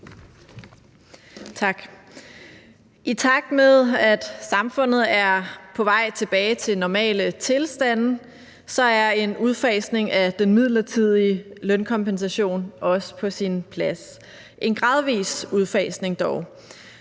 I takt med at samfundet er på vej tilbage til normale tilstande, er en udfasning af den midlertidige lønkompensation også på sin plads – en gradvis udfasning dog.